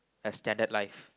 a standard life